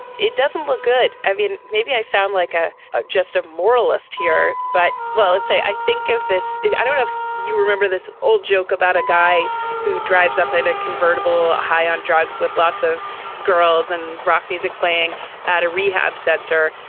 it doesn't look good. i mean, maybe i sound like a a just a moralist here, but well, let's say i think of this i don't know if you remember this old joke about a guy who drives up in a convertible high on drugs with lots of girls and rock music playing at a rehab center.